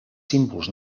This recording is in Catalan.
símbols